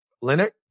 Leonard